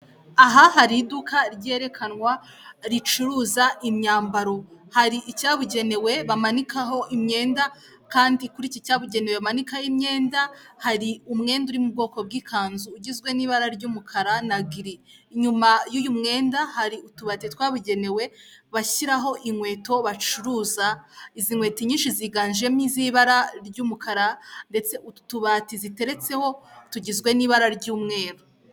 Aha hari iduka ryerekanwa, ricuruza imyambaro, hari icyabugenewe bamanikaho imyenda kandi kuri iki cyabugenewe bamanikaho imyenda, hari umwenda uri mu bwoko bw'ikanzu ugizwe n'ibara ry'umukara na giri. Inyuma y'uyu mwenda hari utubati twabugenewe, bashyiraho inkweto bacuruza, izi nkweto inyinshi ziganjemo iz'ibara ry'umukara ndetse utu tubati ziteretseho tugizwe n'ibara ry'umweru.